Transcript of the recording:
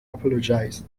apologized